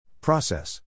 Process